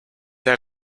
der